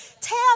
Tell